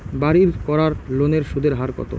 বাড়ির করার লোনের সুদের হার কত?